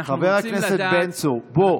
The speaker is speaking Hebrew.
אנחנו רוצים לדעת מתי, חבר הכנסת בן צור, בוא.